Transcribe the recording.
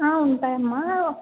ఉంటాయమ్మా